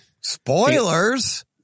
Spoilers